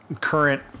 current